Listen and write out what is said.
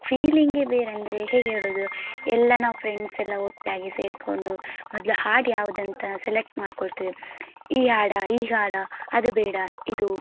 ಫೀಲಿಂಗೇ ಬೇರೆ ಅಂದರೆ ಹೇಗೆ ಹೇಳೋದು ಎಲ್ಲ ನಾವು ಫ್ರೆಂಡ್ಸ್ ಎಲ್ಲ ಒಟ್ಟಾಗಿ ಸೇರಿಕೊಂಡು ಮೊದಲು ಹಾಡು ಯಾವುದು ಅಂತ ಸೆಲೆಕ್ಟ್ ಮಾಡಿಕೊಳ್ತೇವೆ ಈ ಹಾಡಾ ಈ ಹಾಡಾ ಅದು ಬೇಡ ಇದು